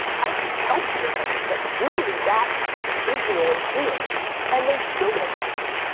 i actually tell people what i just said to you. literally that visual and clear and they still don't believe me.